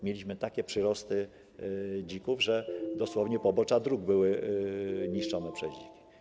Mieliśmy takie przyrosty dzików, że dosłownie pobocza dróg były niszczone przez te dziki.